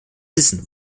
wissen